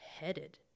headed